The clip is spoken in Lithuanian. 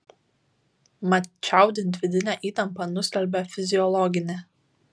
mat čiaudint vidinę įtampą nustelbia fiziologinė